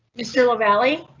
mr lavalley